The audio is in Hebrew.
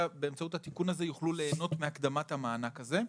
באמצעות התיקון הזה יוכלו ליהנות מהקדמת המענק הזה.